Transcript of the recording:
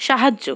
সাহায্য